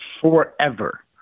forever